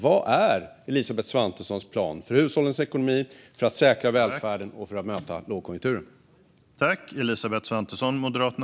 Vad är Elisabeth Svantessons plan för hushållens ekonomi, för att säkra välfärden och möta lågkonjunkturen?